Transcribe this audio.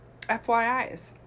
FYIs